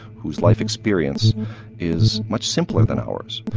whose life experience is much simpler than ours.